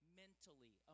mentally